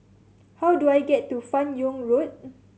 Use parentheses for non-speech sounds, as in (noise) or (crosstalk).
how do I get to Fan Yoong Road (noise)